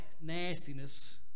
nastiness